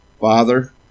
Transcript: Father